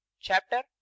CHAPTER